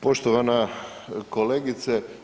Poštovana kolegice.